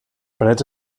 parets